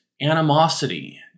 animosity